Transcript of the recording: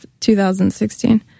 2016